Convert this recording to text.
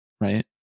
right